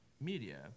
Media